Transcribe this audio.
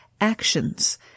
actions